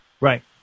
Right